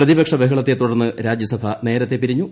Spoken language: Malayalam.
പ്രതിപക്ഷ ബഹളത്തെ തുടർന്ന് രാജ്യസ്ട് നേരത്തെ പിരിഞ്ഞു